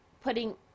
putting